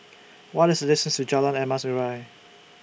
What IS The distance to Jalan Emas Urai